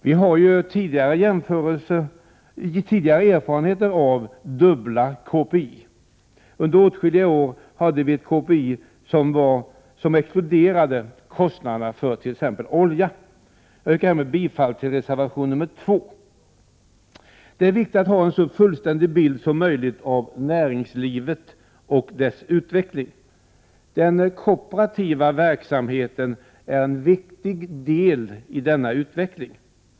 Vi har tidigare erfarenheter av dubbla KPI. Under åtskilliga år hade vi ett KPI som exkluderade kostnaderna för t.ex. olja. Jag yrkar bifall till reservation 2. Det är viktigt att ha en så fullständig bild som möjligt av näringslivet och dess utveckling. Den kooperativa verksamheten är en viktig del i denna utveckling.